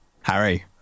Harry